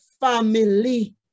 family